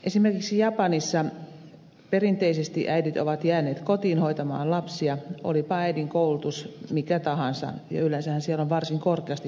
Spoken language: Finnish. esimerkiksi japanissa perinteisesti äidit ovat jääneet kotiin hoitamaan lapsia olipa äidin koulutus mikä tahansa ja yleensähän siellä on varsin korkeasti koulutettuja naisia